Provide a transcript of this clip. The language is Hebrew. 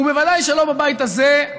וודאי שלא בבית הזה,